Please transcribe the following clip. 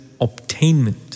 obtainment